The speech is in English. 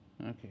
Okay